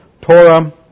Torah